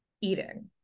eating